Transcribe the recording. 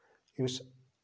یٔمِس